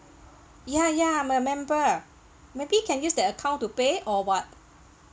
ya ya I'm a member maybe you can use that account to pay or what